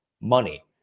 money